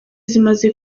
zimaze